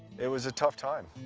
it was a tough time.